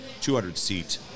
200-seat